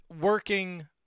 working